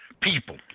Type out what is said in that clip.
people